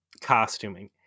costuming